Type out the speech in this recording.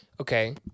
Okay